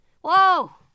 Whoa